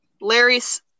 Larry's